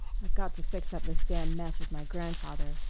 i've got to fix up this damn mess with my grandfather,